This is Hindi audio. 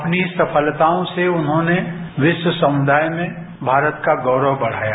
अपनी सफलताओं से उन्होंने विश्व समुदाय में भारत का गौरव बढ़ाया